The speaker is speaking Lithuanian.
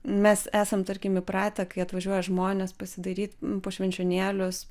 mes esam tarkim įpratę kai atvažiuoja žmonės pasidairyt po švenčionėlius